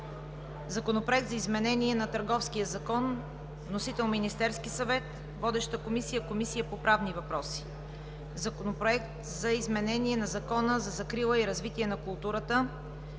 Законопроект за изменение на Търговския закон. Вносител е Министерският съвет. Водеща е Комисията по правни въпроси; - Законопроект за изменение на Закона за закрила и развитие на културата.